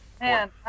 Man